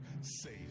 safe